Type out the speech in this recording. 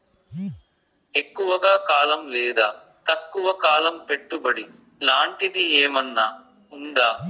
ఎక్కువగా కాలం లేదా తక్కువ కాలం పెట్టుబడి లాంటిది ఏమన్నా ఉందా